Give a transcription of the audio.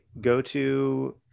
go-to